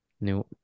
New